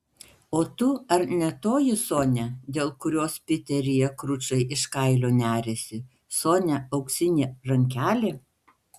o tu ar ne toji sonia dėl kurios piteryje kručai iš kailio neriasi sonia auksinė rankelė